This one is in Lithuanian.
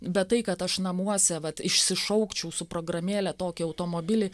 bet tai kad aš namuose vat išsišaukčiau su programėle tokį automobilį